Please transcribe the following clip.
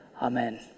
Amen